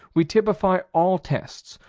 we typify all tests,